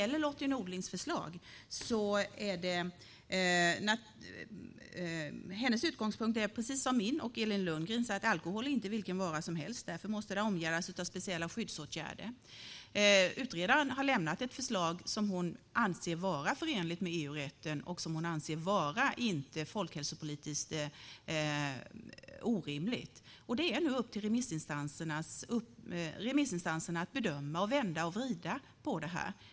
Lotty Nordlings utgångspunkt är precis som min och Elin Lundgrens att alkohol inte är vilken vara som helst och därför måste omgärdas av speciella skyddsåtgärder. Utredaren har lämnat ett förslag som hon anser vara förenligt med EU-rätten och som hon inte anser vara folkhälsopolitiskt orimligt. Det är nu upp till remissinstanserna att bedöma, vända och vrida på detta.